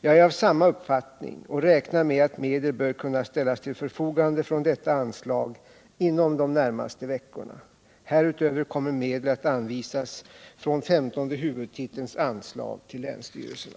Jag är av samma uppfattning och räknar med att medel bör kunna ställas till förfogande från detta anslag inom de närmaste veckorna. Härutöver kommer medel att anvisas från femtonde huvudtitelns anslag till länsstyrelserna.